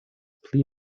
pli